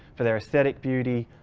for their aesthetic beauty,